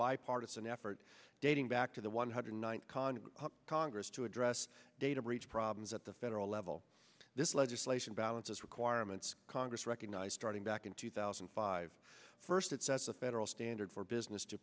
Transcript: bipartisan effort dating back to the one hundred ninth congress congress to address data breach problems at the federal level this legislation balances requirements congress recognize starting back in two thousand and five first it sets a federal standard for business to